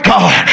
God